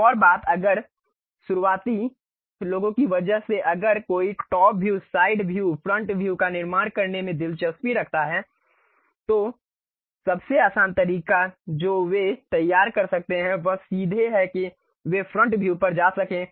एक और बात अगर शुरुआती लोगों की वजह से अगर कोई top view side view front view का निर्माण करने में दिलचस्पी रखता है तो सबसे आसान तरीका जो वे तैयार कर सकते हैं वह सीधे है कि वे फ्रंट व्यू पर जा सकें